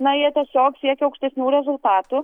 na jie tiesiog siekia aukštesnių rezultatų